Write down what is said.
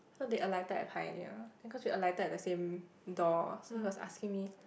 so they alighted at Pioneer then cause we alighted at the same door so he was asking me